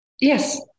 Yes